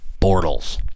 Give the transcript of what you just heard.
Bortles